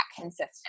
consistent